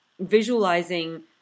visualizing